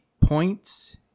points